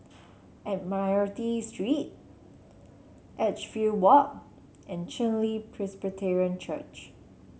Admiralty Street Edgefield Walk and Chen Li Presbyterian Church